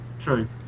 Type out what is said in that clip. True